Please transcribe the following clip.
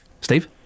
Steve